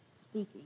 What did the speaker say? speaking